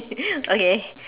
okay